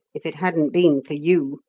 if it hadn't been for you,